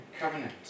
covenant